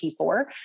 T4